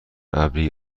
ابری